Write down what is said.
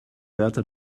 wärter